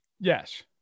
Yes